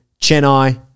Chennai